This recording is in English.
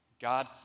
God